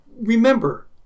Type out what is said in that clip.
remember